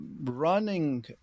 running